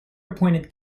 appointed